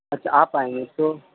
اچھا آپ آئیں گے تو